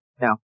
No